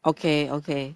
okay okay